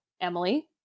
Emily